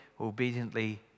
obediently